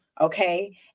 Okay